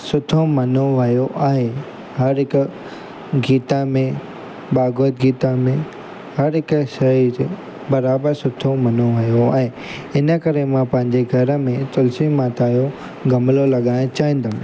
सुठो मञियो वियो आहे हर हिकु गीता में भगवत गीता में हर हिकु शइ जो बराबरि सुठो मञियो वियो आहे इन करे मां पंहिंजे घर में तुलसी माता जो गमलो लॻाइणु चाहींदुमि